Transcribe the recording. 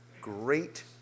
great